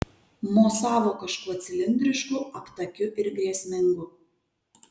mosavo kažkuo cilindrišku aptakiu ir grėsmingu